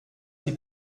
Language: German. die